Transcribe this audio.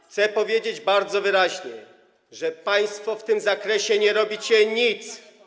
Chcę powiedzieć bardzo wyraźnie, że państwo w tym zakresie nie robicie nic.